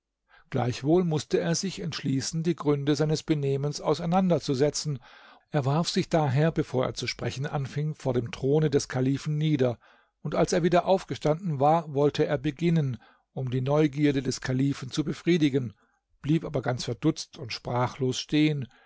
gleichwohl mußte er sich entschließen die gründe seines benehmens auseinanderzusetzen er warf sich daher bevor er zu sprechen anfing vor dem throne des kalifen nieder und als er wieder aufgestanden war wollte er beginnen um die neugierde des kalifen zu befriedigen blieb aber ganz verdutzt und sprachlos stehen